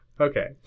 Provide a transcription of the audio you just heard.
Okay